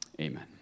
amen